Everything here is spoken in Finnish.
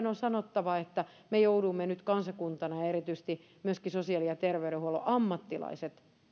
on sanottava että me joudumme nyt kansakuntana ja erityisesti myöskin sosiaali ja terveydenhuollon ammattilaiset